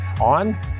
on